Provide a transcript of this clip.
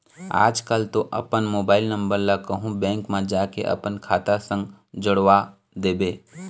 आजकल तो अपन मोबाइल नंबर ला कहूँ बेंक म जाके अपन खाता संग जोड़वा देबे